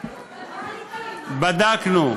בדקת?